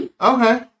Okay